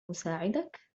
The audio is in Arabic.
أساعدك